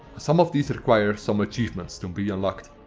some of these require some achievements to be unlocked.